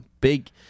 Big